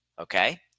Okay